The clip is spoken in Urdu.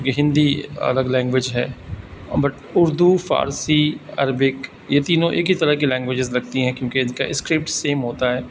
کیونکہ ہندی الگ لینگویج ہے بٹ اردو فارسی عربک یہی تینوں ایک ہی طرح کی لینگویجز لگتی ہیں کیونکہ ان کا اسکرپٹ سیم ہوتا ہے